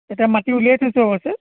এতিয়া মাটি উলিয়াই থৈছোঁ অৱশ্য